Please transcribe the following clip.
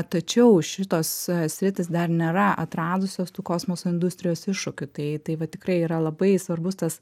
tačiau šitos sritys dar nėra atradusios tų kosmoso industrijos iššūkių tai tai va tikrai yra labai svarbus tas